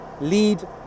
lead